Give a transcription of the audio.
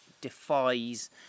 defies